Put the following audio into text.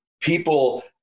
people